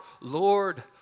Lord